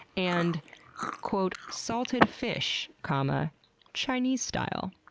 and quote salted fish comma chinese style.